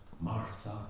Martha